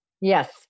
yes